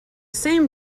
same